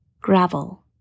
gravel